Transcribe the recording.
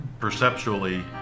perceptually